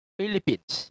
Philippines